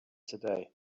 today